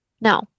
No